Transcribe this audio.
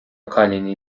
cailíní